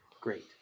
Great